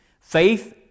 Faith